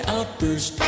Outburst